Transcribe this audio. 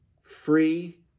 Free